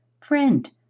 friend